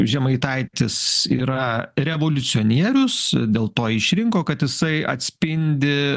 žemaitaitis yra revoliucionierius dėl to jį išrinko kad jisai atspindi